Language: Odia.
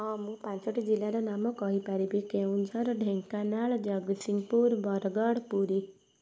ହଁ ମୁଁ ପାଞ୍ଚଟି ଜିଲ୍ଲାର ନାମ କହିପାରିବି କେଉଁଝର ଢେଙ୍କାନାଳ ଜଗତସିଂହପୁର ବରଗଡ଼ ପୁରୀ